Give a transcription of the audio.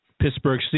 Pittsburgh